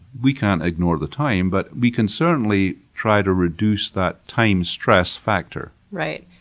we can't ignore the time but we can certainly try to reduce that time-stress factor. right.